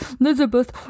Elizabeth